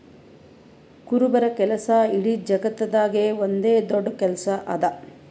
ಕುರುಬರ ಕೆಲಸ ಇಡೀ ಜಗತ್ತದಾಗೆ ಒಂದ್ ದೊಡ್ಡ ಕೆಲಸಾ ಅದಾ